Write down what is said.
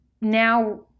now